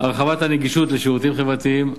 הרחבת הנגישות של שירותים חברתיים,